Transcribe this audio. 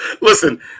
listen